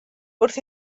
wrth